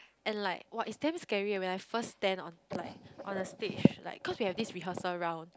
and like !wow! it's damn scary eh when I first stand on like on the stage like cause we had this rehearsal round